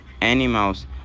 animals